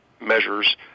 measures